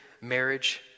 marriage